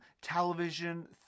television